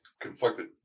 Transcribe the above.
Conflicted